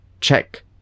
check